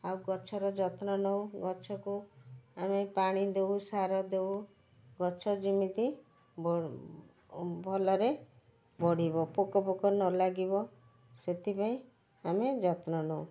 ଆଉ ଗଛର ଯତ୍ନ ନେଉ ଗଛକୁ ଆମେ ପାଣି ଦେଉ ସାର ଦେଉ ଗଛ ଯେମିତି ଭଲରେ ବଢ଼ିବ ପୋକ ଫୋକ ନଲାଗିବ ସେଥିପାଇଁ ଆମେ ଯତ୍ନ ନେଉ